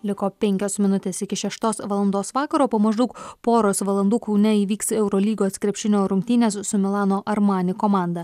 liko penkios minutės iki šeštos valandos vakaro po maždaug poros valandų kaune įvyks eurolygos krepšinio rungtynes su milano armani komanda